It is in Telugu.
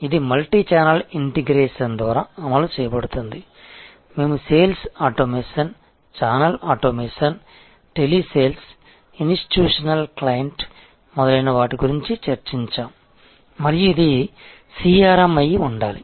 ఇది మల్టీచానెల్ ఇంటిగ్రేషన్ ద్వారా అమలు చేయబడుతుంది మేము sales automation channel automation telesales institutional క్లయింట్లు మొదలైన వాటి గురించి చర్చించాము మరియు ఇది CRM అయి ఉండాలి